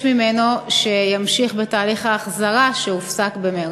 ממנו שימשיך בתהליך החזרה שהופסק במרס.